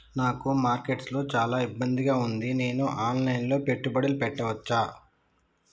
నాకు మార్కెట్స్ లో చాలా ఇబ్బందిగా ఉంది, నేను ఆన్ లైన్ లో పెట్టుబడులు పెట్టవచ్చా?